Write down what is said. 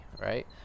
right